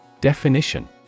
Definition